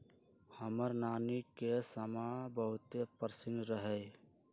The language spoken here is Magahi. हमर नानी के समा बहुते पसिन्न रहै